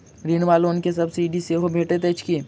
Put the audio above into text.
ऋण वा लोन केँ सब्सिडी सेहो भेटइत अछि की?